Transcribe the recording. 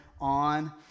on